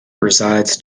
resides